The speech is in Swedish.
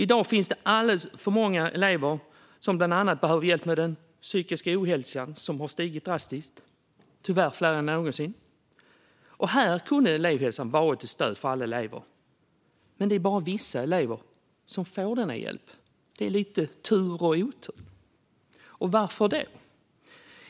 I dag finns det alldeles för många elever som bland annat behöver hjälp med den psykiska ohälsan, som har stigit drastiskt och tyvärr drabbar fler än någonsin. Här kunde elevhälsan ha varit ett stöd för alla elever, men det är bara vissa elever som får denna hjälp. Det handlar om tur och otur. Varför då?